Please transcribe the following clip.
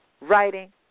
writing